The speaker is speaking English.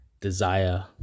desire